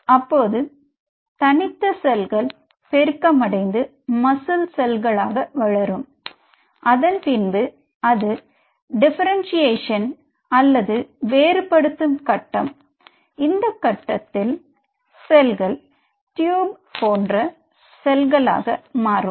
அப்போது தனித்த செல்கள் பெருக்கமடைந்து மசில்ஸ் செல்களாக வளரும் அதன் பின்பு அது டிஃபரென்ஷிஎஸோன் அல்லது வேறுபடுத்தும் கட்டம் இந்த கட்டத்தில் செல்கள் டுயூப் போன்ற செல்களாக மாறும்